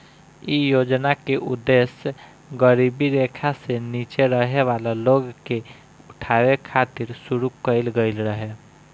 इ योजना के उद्देश गरीबी रेखा से नीचे रहे वाला लोग के उठावे खातिर शुरू कईल गईल रहे